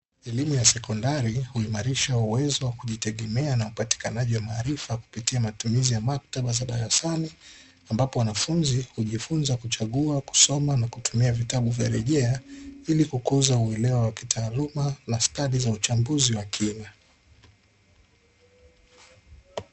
Elimu ya sekondari huimarisha uwezo wa kujitegemea na upatikanaji wa maarifa kupitia matumizi ya maktaba za darasani, ambapo wanafunzi hujifuna kuchagua, kusoma na kutumia vitabu vya rejea ili kukuza uelewa wa kitaaluma na stadi za uchambuzi wa kina.